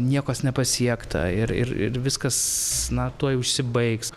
niekas nepasiekta ir ir viskas na tuoj užsibaigs